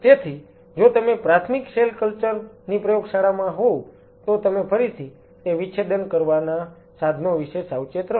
તેથી જો તમે પ્રાથમિક સેલ કલ્ચર ની પ્રયોગશાળા હોવ તો તમે ફરીથી તે વિચ્છેદન કરવામાં સાધનો વિશે સાવચેત રહો